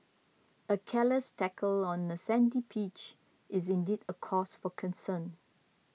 a careless tackle on a sandy pitch is indeed a cause for concern